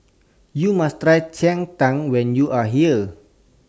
YOU must Try Cheng Tng when YOU Are here